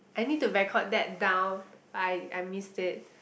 I need to record that down but I I missed it